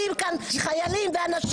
החוק לא יכשיר חברי כנסת להתמנות כשרים?